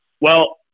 Well-